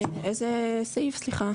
איזה סעיף, סליחה?